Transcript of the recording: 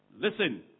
Listen